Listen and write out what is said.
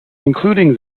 including